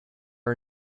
are